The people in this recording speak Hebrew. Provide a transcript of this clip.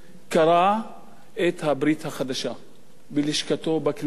קרע את הברית החדשה בלשכתו בכנסת.